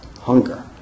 hunger